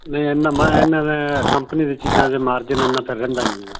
ਨਹੀਂ ਇਹਨਾਂ ਮੈਂ ਇਹਨਾਂ ਦੇ ਕੰਪਨੀ ਦੀ ਚੀਜ਼ਾਂ 'ਚ ਮਾਰਜਨ ਇੰਨਾ ਤਾਂ ਰਹਿੰਦਾ ਨਹੀਂ ਹੈਗਾ